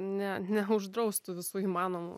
ne neuždraustų visų įmanomų